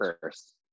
first